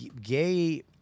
gay